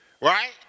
right